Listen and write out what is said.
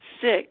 Six